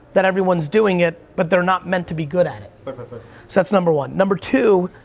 that everyone is doing it but they're not meant to be good at it. but but but so that's number one. number two,